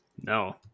No